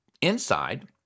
inside